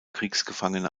kriegsgefangene